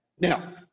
Now